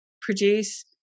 produce